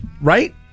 Right